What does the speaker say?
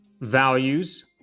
values